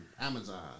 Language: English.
Amazon